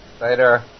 Later